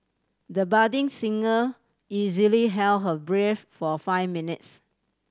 the budding singer easily held her breath for five minutes